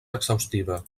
exhaustiva